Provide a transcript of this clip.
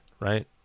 right